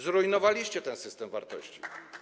Zrujnowaliście ten system wartości.